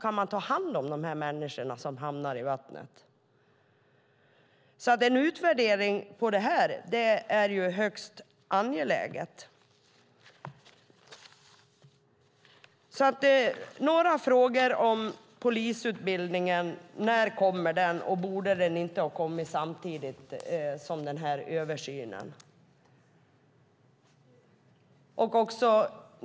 Kan man ta hand om de här människorna som hamnar i vattnet? En utvärdering av det här är högst angeläget. Jag har några frågor om polisutbildningen. När kommer den, och borde den inte ha kommit samtidigt som den här översynen?